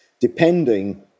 depending